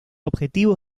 objetivo